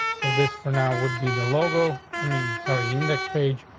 so this for now would be the logo. i mean, sorry, index page,